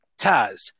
Taz